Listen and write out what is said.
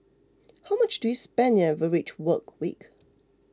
how much do you spend in an average work week